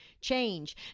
change